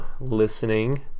listening